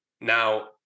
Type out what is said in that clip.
Now